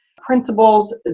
principles